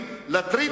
שייך?